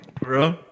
Bro